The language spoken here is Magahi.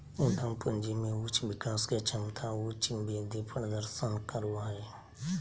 उद्यम पूंजी में उच्च विकास के क्षमता उच्च वृद्धि प्रदर्शन करो हइ